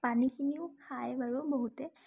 পানীখিনিও খাই বাৰু বহুতে